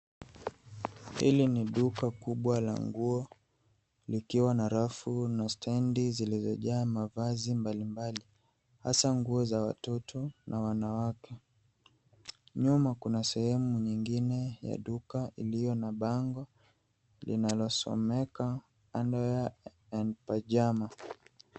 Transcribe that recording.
Hili ni duka kubwa la nguo likiwa na rafu na stendi zilizojaa mavazi mbalimbali hasa nguo za watoto na wanawake. Nyuma kuna sehemu nyingine ya duka iliyo na bango linalosomeka, underwear and pyjama.